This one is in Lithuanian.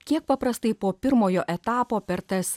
kiek paprastai po pirmojo etapo per tas